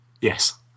Yes